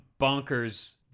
bonkers